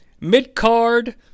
mid-card